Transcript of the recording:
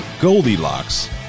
goldilocks